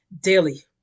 daily